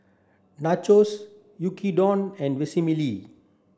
Nachos Yaki Udon and Vermicelli